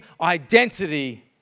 identity